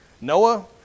Noah